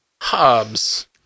Hobbs